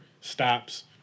stops